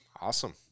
awesome